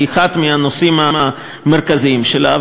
כאחד מהנושאים המרכזיים שלה,